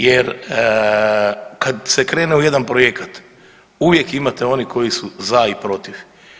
Jer kad se krene u jedan projekat uvijek imate onih koji su za i protiv.